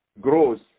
grows